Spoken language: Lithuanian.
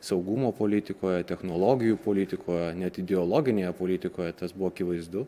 saugumo politikoje technologijų politikoje net ideologinėje politikoje tas buvo akivaizdu